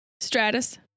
Stratus